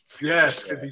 yes